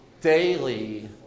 daily